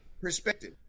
perspective